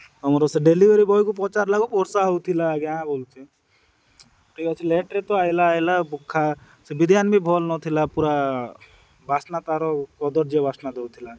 ଆମର ସେ ଡେଲିଭରି ବଏକୁ ପଚାରିଲକୁ ବର୍ଷା ହେଉଥିଲା ଆଜ୍ଞା ବଲୁଛି ଠିକ୍ ଅଛି ଲେଟ୍ରେ ତ ଆଇଲା ଆଇଲା ସେ ବିରିୟାନ ବି ଭଲ ନଥିଲା ପୁରା ବାସ୍ନା ତାର' କଦର୍ଯ୍ୟ ବାସ୍ନା ଦେଉଥିଲା